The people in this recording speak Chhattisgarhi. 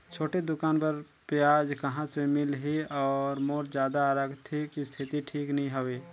छोटे दुकान बर ब्याज कहा से मिल ही और मोर जादा आरथिक स्थिति ठीक नी हवे?